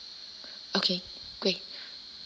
okay great